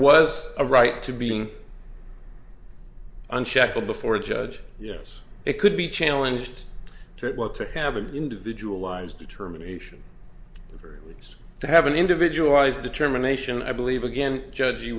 was a right to being unshackled before a judge yes it could be challenged to want to have an individualized determination just to have an individual eyes determination i believe again judge you